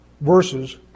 verses